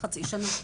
חצי שנה.